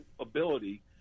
ability